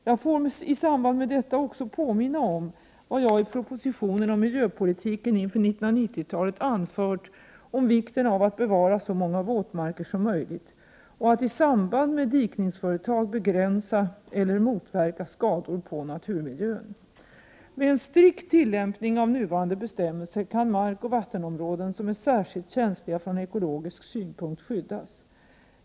Jag får i samband med detta också påminna om vad jag i propositionen om miljöpolitiken inför 1990-talet anfört om vikten av att bevara så många våtmarker som möjligt och att i samband med dikningsföretag begränsa eller motverka skador på naturmiljön. Med en strikt tillämpning av nuvarande bestämmelser kan markoch vattenområden som är särskilt känsliga från ekologisk synpunkt skyddas.